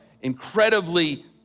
incredibly